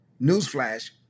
newsflash